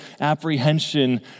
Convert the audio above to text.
apprehension